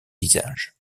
visages